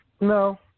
No